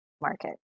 market